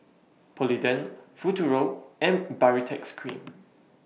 Polident Futuro and Baritex Cream